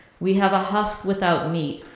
we have a husk without meat,